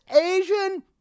Asian